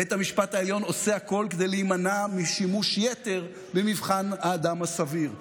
בית המשפט העליון עושה הכול כדי להימנע משימוש יתר במבחן האדם הסביר.